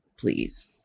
please